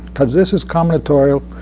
because this is combinatorial,